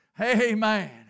amen